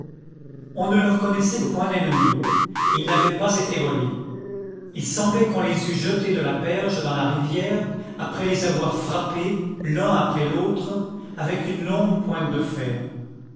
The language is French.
on ne leur connaissait point d'ennemis ils n'avaient pas été volés il semblait qu'on les eût jetés de la berge dans la rivière après les avoir frappés l'un après l'autre avec une longue pointe de fer